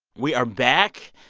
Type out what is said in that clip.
we are back.